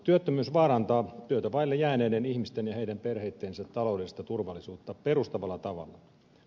työttömyys vaarantaa työtä vaille jääneiden ihmisten ja heidän perheittensä taloudellista turvallisuutta perustavalla tavalla